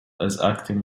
acting